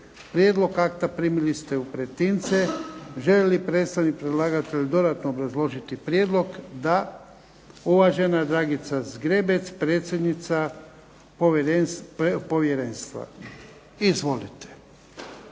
Prijedlog akta primili ste u pretince. Želi li predsjednik predlagatelja dodatno obrazložiti prijedlog? Da. Uvažena Dragica Zgrebec, predsjednica povjerenstva. Izvolite.